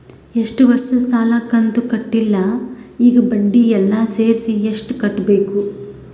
ಎರಡು ವರ್ಷದ ಸಾಲದ ಕಂತು ಕಟ್ಟಿಲ ಈಗ ಬಡ್ಡಿ ಎಲ್ಲಾ ಸೇರಿಸಿ ಎಷ್ಟ ಕಟ್ಟಬೇಕು?